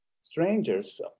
strangers